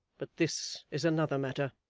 but this is another matter.